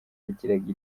yagiraga